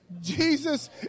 Jesus